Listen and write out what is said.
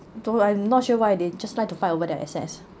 though I'm not sure why they just like to fight over the assets